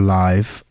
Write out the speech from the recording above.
life